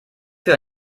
für